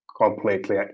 completely